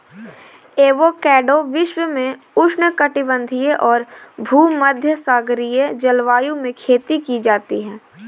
avocado विश्व में उष्णकटिबंधीय और भूमध्यसागरीय जलवायु में खेती की जाती है